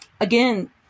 Again